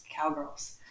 cowgirls